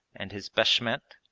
and his beshmet,